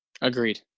Agreed